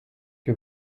que